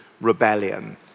rebellion